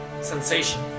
sensation